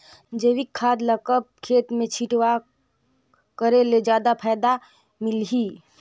जैविक खाद ल कब खेत मे छिड़काव करे ले जादा फायदा मिलही?